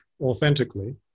authentically